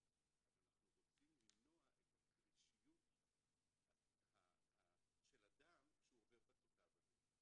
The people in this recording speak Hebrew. אז אנחנו רוצים למנוע את הקרישיות של הדם כשהוא עובר בתותב הזה.